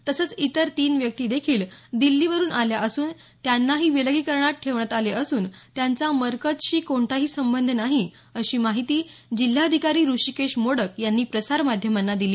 तसंच इतर तीन व्यक्ती देखील दिल्लीवरून आल्या असून त्यांनाही विलगीकरणात ठेवण्यात आले असून त्यांचा मरकजशी कोणताही संबंध नाही अशी माहिती जिल्हाधिकारी हृषीकेश मोडक यांनी प्रसार माध्यमांना दिली